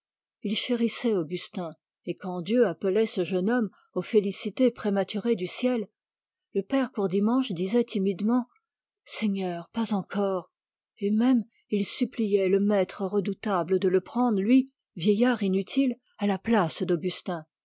chérissait augustin et quand dieu appelait ce jeune homme aux félicités prématurées du ciel le bon courdimanche disait timidement seigneur pas encore et même il suppliait le maître redoutable de le prendre lui vieillard inutile à la place